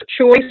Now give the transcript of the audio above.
choice